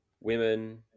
women